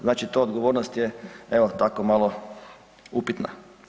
Znači ta odgovornost je evo tako malo upitna.